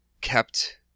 kept